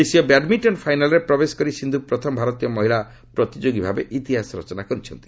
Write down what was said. ଏସୀୟ ବ୍ୟାଡମିଷ୍ଟନ ଫାଇନାଲ୍ରେ ପ୍ରବେଶ କରି ସିନ୍ଧୁ ପ୍ରଥମ ଭାରତୀୟ ମହିଳା ପ୍ରତିଯୋଗୀ ଭାବେ ଇତିହାସ ରଚନା କରିଛନ୍ତି